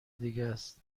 دیگس